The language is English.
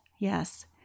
Yes